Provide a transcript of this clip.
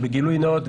גילוי נאות,